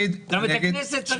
גם את הכנסת צריך לכבד.